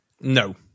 No